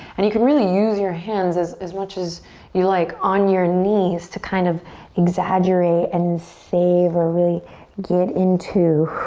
and you can really use your hands as as much as you like on your knees to kind of exaggerate and savor, really get into